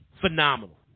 phenomenal